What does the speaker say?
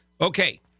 Okay